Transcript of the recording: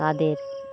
তাদের